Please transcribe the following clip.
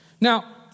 Now